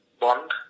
bond